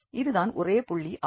அது தான் ஒரே புள்ளி ஆகும்